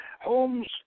Holmes